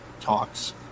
talks